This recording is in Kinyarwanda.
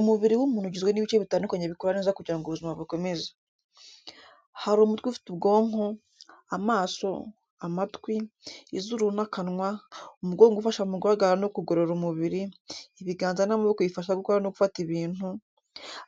Umubiri w’umuntu ugizwe n’ibice bitandukanye bikora neza kugira ngo ubuzima bukomeze. Hari umutwe ufite ubwonko, amaso, amatwi, izuru n’akanwa, umugongo ufasha mu guhagarara no kugorora umubiri, ibiganza n’amaboko bifasha gukora no gufata ibintu,